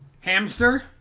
Hamster